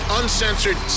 uncensored